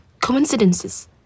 coincidences